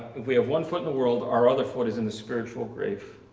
we have one foot in the world our other foot is in the spiritual grave.